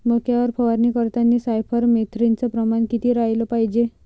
मक्यावर फवारनी करतांनी सायफर मेथ्रीनचं प्रमान किती रायलं पायजे?